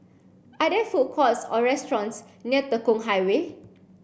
are there food courts or restaurants near Tekong Highway